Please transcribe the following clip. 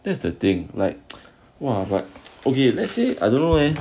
that's the thing like !wah! but okay let's say I don't know leh